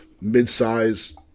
mid-size